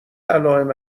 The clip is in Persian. علائم